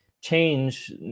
change